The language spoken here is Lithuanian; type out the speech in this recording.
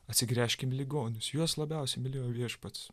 atsigręžkim į ligonius juos labiausiai mylėjo viešpats